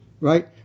right